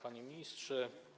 Panie Ministrze!